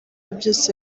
byose